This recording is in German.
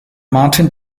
martin